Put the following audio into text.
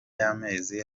y’amezi